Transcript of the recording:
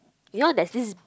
you know there's this